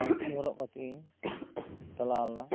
ᱯᱟᱧᱪᱤ ᱦᱚᱨᱚᱜ ᱠᱟᱛᱮ ᱤᱧ ᱪᱟᱞᱟᱣ ᱞᱮᱱᱟ